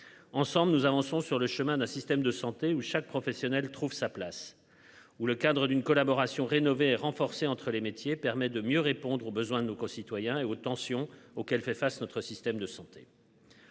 Ensemble, nous avançons sur le chemin d'un système de santé ou chaque professionnel trouve sa place ou le cadre d'une collaboration rénovée et renforcée entre les métiers, permet de mieux répondre aux besoins de nos concitoyens et aux tensions auxquelles fait face, notre système de santé.